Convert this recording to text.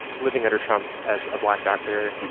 living under trump as a black doctor,